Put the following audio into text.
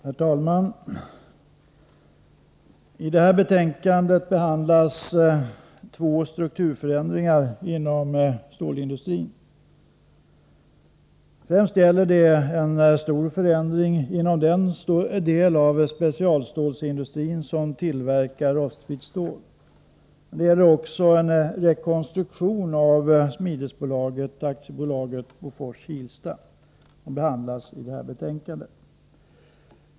Herr talman! I detta betänkande behandlas två strukturförändringar inom stålindustrin. Främst gäller det en stor förändring inom den del av specialstålsindustrin som tillverkar rostfritt stål. Men också en rekonstruktion av smidesbolaget AB Bofors-Kilsta behandlas i betänkandet.